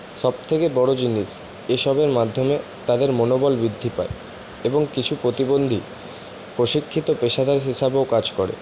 সব থেকে বড়ো জিনিস এসবের মাধ্যমে তাদের মনোবল বৃ্দ্ধি পায় এবং কিছু প্রতিবন্ধী প্রশিক্ষিত পেশাদার হিসাবেও কাজ করে